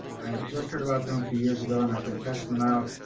i had just heard about them a few years ago, and i've been testing them out.